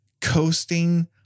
coasting